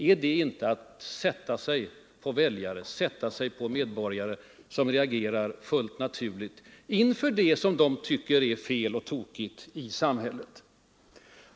Är det inte att sätta sig på väljare, sätta sig på medborgare som reagerar fullt naturligt inför det som de tycker är fel och tokigt i samhället!